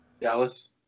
Dallas